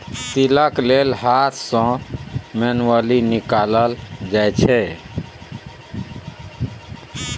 तिलक तेल हाथ सँ मैनुअली निकालल जाइ छै